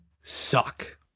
suck